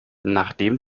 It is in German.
nachdem